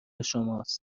شماست